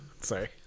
Sorry